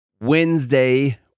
Wednesday